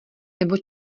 nebo